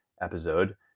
episode